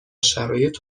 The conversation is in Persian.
شرایط